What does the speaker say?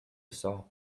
saw